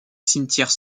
cimetière